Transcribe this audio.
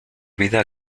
vida